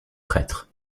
prêtre